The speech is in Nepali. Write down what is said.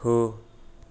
हो